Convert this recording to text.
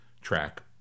track